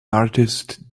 artist